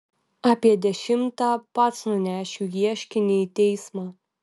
apie dešimtą pats nunešiu ieškinį į teismą